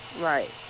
right